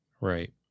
Right